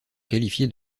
qualifiées